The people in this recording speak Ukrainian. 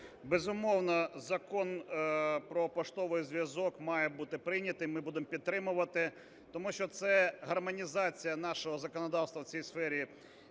Безумовно, Закон "Про поштовий зв'язок" має бути прийнятим. Ми будемо підтримувати, тому що - це гармонізація нашого законодавства у цій сфері